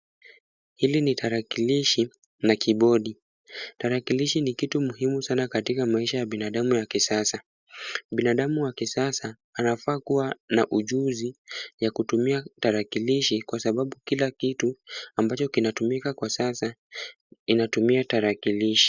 Hili ni Tarakilishi na keyboard .Tarakilishi ni kitu muhimu sana katika maisha ya binadamu ya kisasa. Binadamu wa kisasa anafaa kua na ujuzi ya kutumia Tarakilishi kwa sababu kila kitu ambacho kinatumika kwa sasa inatumia Tarakilishi.